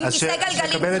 עם כיסא גלגלים,